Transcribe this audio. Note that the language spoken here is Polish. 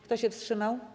Kto się wstrzymał?